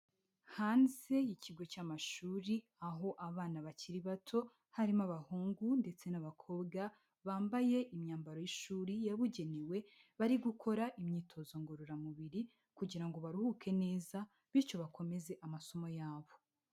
Hanze y'ikigo cy'amashuri, aho abana bakiri bato harimo abahungu ndetse n'abakobwa bambaye imyambaro y'ishuri yabugenewe bari gukora imyitozo ngororamubiri, kugira ngo baruhuke neza bityo bakomeze amasomo yabo.